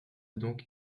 donc